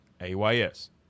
AYS